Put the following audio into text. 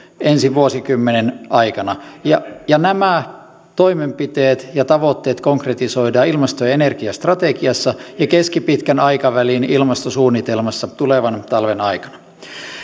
ensi vuosikymmenen aikana ja ja nämä toimenpiteet ja tavoitteet konkretisoidaan ilmasto ja energiastrategiassa ja keskipitkän aikavälin ilmastosuunnitelmassa tulevan talven aikana